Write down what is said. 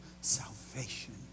salvation